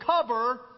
cover